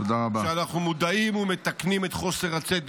שאנחנו מודעים ומתקנים את חוסר הצדק,